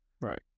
Right